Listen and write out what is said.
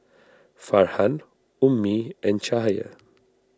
arhan Ummi and Cahaya